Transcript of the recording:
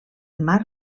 mar